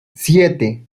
siete